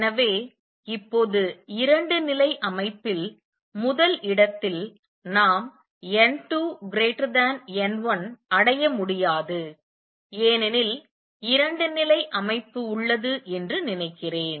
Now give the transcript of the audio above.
எனவே இப்போது இரண்டு நிலை அமைப்பில் முதல் இடத்தில் நாம் n2 n1 அடைய முடியாது ஏனெனில் இரண்டு நிலை அமைப்பு உள்ளது என்று நினைக்கிறேன்